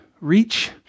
reach